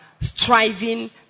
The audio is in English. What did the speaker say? striving